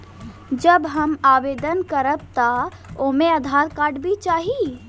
जब हम आवेदन करब त ओमे आधार कार्ड भी चाही?